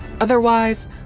Otherwise